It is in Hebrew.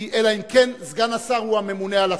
אלא אם כן סגן השר הוא הממונה על המשרד.